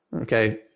okay